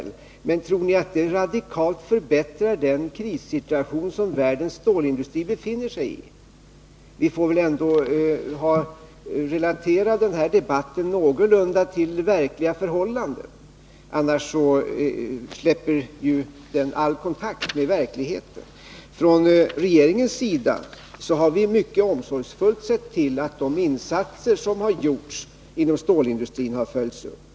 Men tror ni att det radikalt förbättrar den krissituation som världens stålindustri befinner sig i? Vi måste väl ändå någorlunda relatera den här debatten till verkliga förhållanden, annars släpper den ju all kontakt med verkligheten. Regeringen har mycket omsorgsfullt sett till att de insatser som gjorts inom stålindustrin har följts upp.